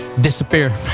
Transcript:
disappear